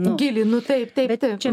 gilinu taiptaiptaip